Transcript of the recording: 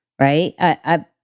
right